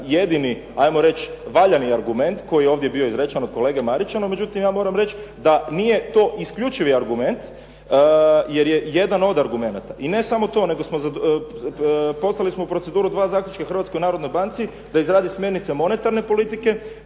jedini ajmo reći valjani argument koji je ovdje bio izrečen od kolege Marića. No međutim, ja moram reći da nije to isključivi argument jer je jedan od argumenata. I ne samo to nego smo poslali u proceduru dva zaključka Hrvatskoj narodnoj banci da izradi smjernice monetarne politike